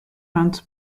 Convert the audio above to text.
hans